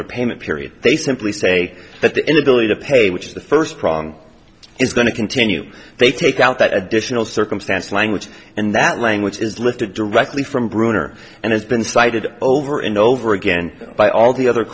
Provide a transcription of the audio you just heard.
the payment period they simply say that the inability to pay which is the first prong is going to continue they take out that additional circumstance language and that language is lifted directly from gruner and has been cited over and over again by all the other